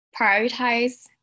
Prioritize